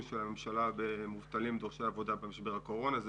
של הממשלה במובטלים ובדורשי עבודה במשבר הקורונה.